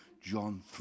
John